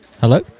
hello